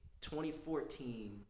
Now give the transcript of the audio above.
2014